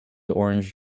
orange